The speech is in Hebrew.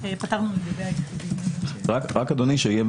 אדוני,